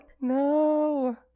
No